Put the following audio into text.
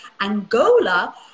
angola